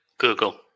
Google